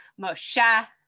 Moshe